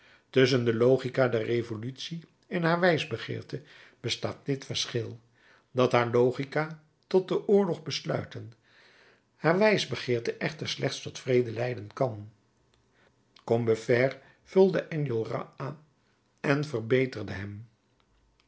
tusschen de logica der revolutie en haar wijsbegeerte bestaat dit verschil dat haar logica tot den oorlog besluiten haar wijsbegeerte echter slechts tot vrede leiden kan combeferre vulde enjolras aan en verbeterde